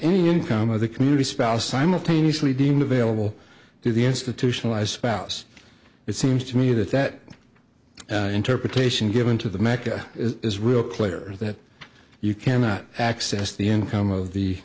any income of the community spouse simultaneously deemed available to the institutionalized spouse it seems to me that that interpretation given to the makah is real clear that you cannot access the income of